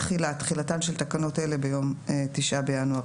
תחילה 9.תחילתן של תקנות אלה ביום 9 בינואר